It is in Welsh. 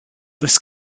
does